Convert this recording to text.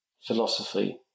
philosophy